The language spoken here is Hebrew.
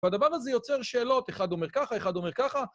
והדבר הזה יוצר שאלות: אחד אומר ככה, אחד אומר ככה.